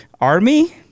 army